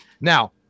Now